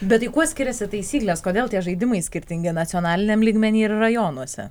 bet tai kuo skiriasi taisyklės kodėl tie žaidimai skirtingi nacionaliniam lygmeny ir rajonuose